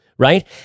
Right